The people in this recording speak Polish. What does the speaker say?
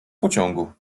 pociągu